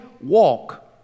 walk